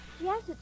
Yes